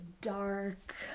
dark